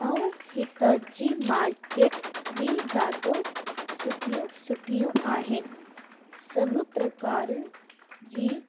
ऐं हितां जी मार्केट बि ॾाढी सुठियूं सुठियूं आहिनि सभ प्रकारनि जी